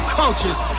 cultures